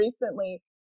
recently